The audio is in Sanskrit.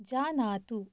जानातु